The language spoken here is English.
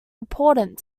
important